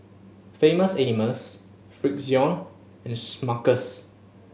Famous Amos Frixion and Smuckers